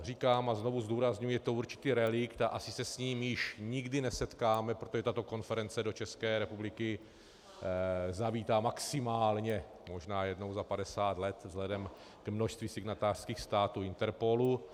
Říkám a znovu zdůrazňuji, že je to určitý relikt, asi se s ním už nikdy nesetkáme, protože tato konference do České republiky zavítá maximálně možná jednou za padesát let i vzhledem k množství signatářských států INTERPOLu.